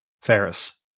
Ferris